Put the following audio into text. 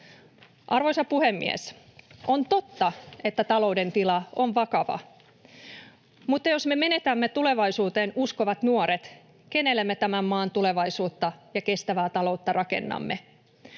Arvoisa puhemies! On totta, että talouden tila on vakava. Mutta jos me menetämme tulevaisuuteen uskovat nuoret, kenelle me tämän maan tulevaisuutta ja kestävää taloutta rakennamme?